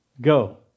Go